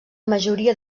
majoria